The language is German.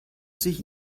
sich